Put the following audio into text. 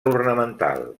ornamental